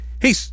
hey